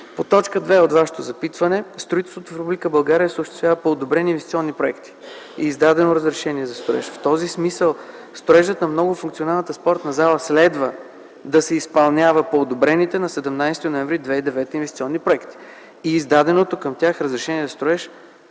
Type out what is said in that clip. По т. 2 от Вашето запитване - строителството в Република България се осъществява по одобрени инвестиционни проекти и издадено разрешение на строеж. В този смисъл строежът на многофункционалната спортна зала следва да се изпълнява по одобрените на 17 ноември 2009 г. инвестиционни проекти и издаденото към тях разрешение за строеж